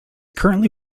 currently